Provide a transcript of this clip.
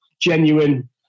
genuine